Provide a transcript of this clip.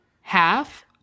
half